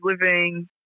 living